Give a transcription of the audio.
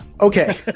Okay